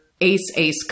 ace-ace